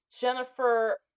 Jennifer